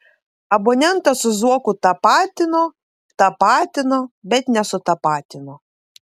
abonentą su zuoku tapatino tapatino bet nesutapatino